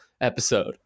episode